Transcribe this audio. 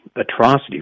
atrocity